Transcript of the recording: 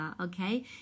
Okay